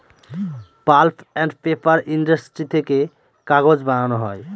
pulp and paper industry থেকে কাগজ বানানো হয়